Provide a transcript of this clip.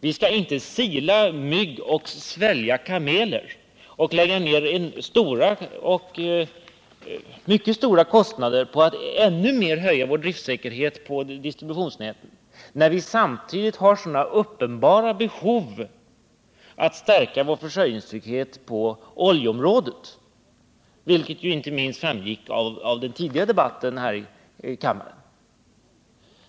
Vi skall inte sila mygg och svälja kameler och lägga ned mycket stora kostnader på att ännu mer höja vår driftsäkerhet på distributionsnätet, när vi samtidigt har så uppenbara behov av att stärka vår försörjningstrygghet på oljeområdet, vilket ju inte minst framgick av den tidigare debatten här i kammaren.